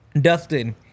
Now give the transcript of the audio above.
Dustin